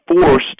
forced